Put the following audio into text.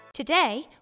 Today